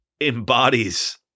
embodies